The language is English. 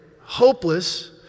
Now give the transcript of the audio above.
hopeless